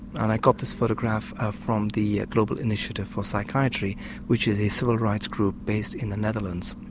and i got this photograph ah from the global initiative for psychiatry which is a civil rights group based in the netherlands.